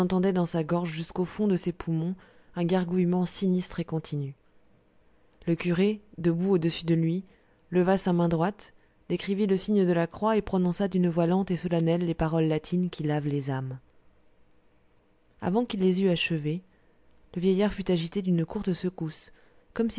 dans sa gorge jusqu'au fond de ses poumons un gargouillement sinistre et continu le curé debout au-dessus de lui leva sa main droite décrivit le signe de la croix et prononça d'une voix lente et solennelle les paroles latines qui lavent les âmes avant qu'il les eût achevées le vieillard fut agité d'une courte secousse comme